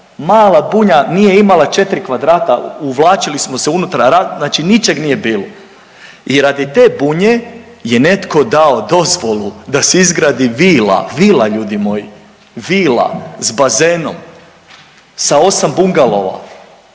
mala bunja nije imala četri kvadrata uvlačili smo se unutra znači ničeg nije bilo i radi te bunje je netko dao dozvolu da se izgradi vila, vila ljudi moji, vila s bazenom sa osma bungalova.